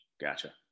Gotcha